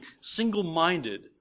single-minded